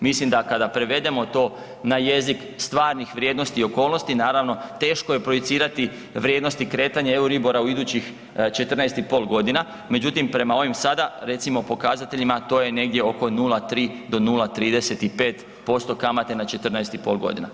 Mislim da kada prevedemo to na jezik stvarnih vrijednosti i okolnosti naravno teško je projicirati vrijednosti kretanja EURIBOR-a u idućih 14,5 godina, međutim prema ovim sada recimo pokazateljima to je negdje oko 0,3 do 0,35% kamate na 14,5 godina.